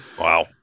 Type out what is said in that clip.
Wow